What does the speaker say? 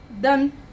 done